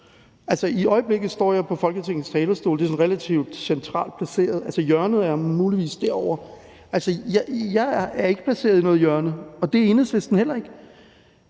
I øjeblikket står jeg på Folketingets talerstol; det er sådan relativt centralt placeret; hjørnet er muligvis derovre. Altså, jeg er ikke placeret i noget hjørne, og det er Enhedslisten heller ikke,